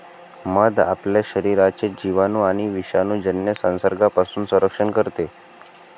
मध आपल्या शरीराचे जिवाणू आणि विषाणूजन्य संसर्गापासून संरक्षण करते